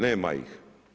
Nema ih.